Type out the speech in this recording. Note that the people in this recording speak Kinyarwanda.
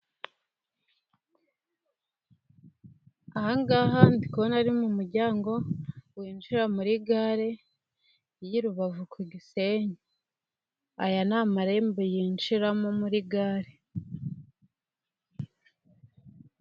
Ahangaha ndi kubona ari mu muryango winjira muri gare y'i Rubavu ku gisenyi. Aya ni amarembo yinjiramo muri gare.